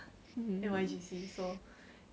um